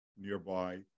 nearby